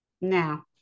Now